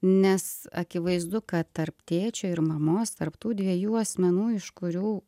nes akivaizdu kad tarp tėčio ir mamos tarp tų dviejų asmenų iš kurių